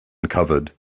recovered